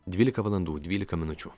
dvylika valandų dvylika minučių